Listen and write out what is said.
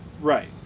Right